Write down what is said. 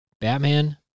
Batman